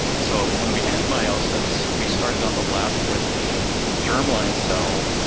so when we end meiosis, we started on the left with a germline cell,